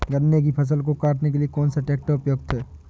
गन्ने की फसल को काटने के लिए कौन सा ट्रैक्टर उपयुक्त है?